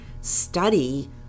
study